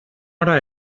hora